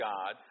God